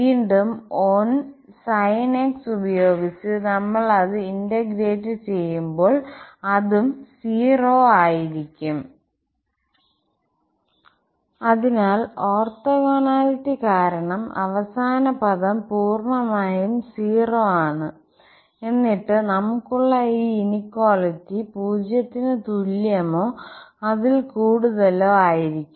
വീണ്ടും 1 sin x ഉപയോഗിച്ച് നമ്മൾ അത് ഇന്റഗ്രേറ്റ് ചെയ്യുമ്പോൾ അതും 0 ആയിരിക്കും അതിനാൽ ഓർത്തോഗോണാലിറ്റി കാരണം അവസാന പദം പൂർണ്ണമായും 0 ആണ് എന്നിട്ട് നമുക്കുള്ള ഈ ഇനിക്വാളിറ്റി 0 ന് തുല്യമോ അതിൽ കൂടുതലോ ആയിരിക്കും